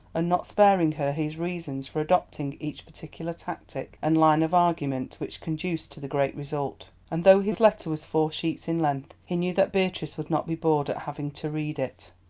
and not sparing her his reasons for adopting each particular tactic and line of argument which conduced to the great result. and though his letter was four sheets in length, he knew that beatrice would not be bored at having to read it.